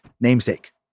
namesake